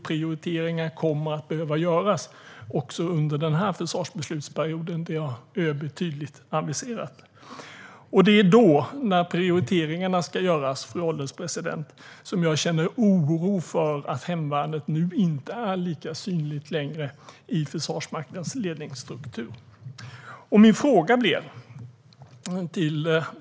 Prioriteringar kommer att behöva göras också under den här försvarsbeslutsperioden. Det har ÖB tydligt aviserat. Det är i och med att prioriteringar ska göras, fru ålderspresident, som jag känner oro över att hemvärnet nu inte längre är lika synligt i Försvarsmaktens ledningsstruktur.